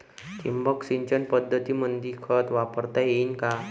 ठिबक सिंचन पद्धतीमंदी खत वापरता येईन का?